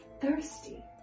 thirsty